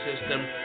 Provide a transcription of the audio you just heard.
system